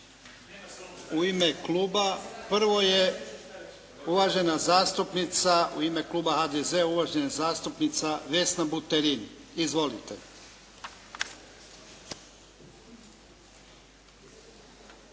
U ime kluba, prvo je uvažena zastupnica u ime kluba HDZ-a uvažena zastupnica Vesna Buterin. Izvolite.